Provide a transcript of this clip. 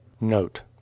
Note